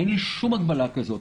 אין לי שום הגבלה כזאת.